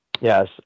Yes